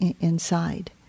inside